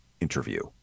interview